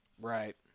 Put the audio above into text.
right